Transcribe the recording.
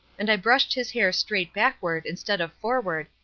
and i brushed his hair straight backward instead of forward,